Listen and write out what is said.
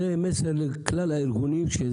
זה מסר לכלל הארגונים,